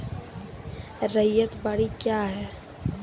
रैयत बाड़ी क्या हैं?